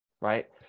right